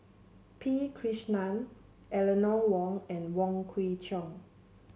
P Krishnan Eleanor Wong and Wong Kwei Cheong